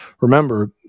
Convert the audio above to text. Remember